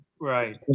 Right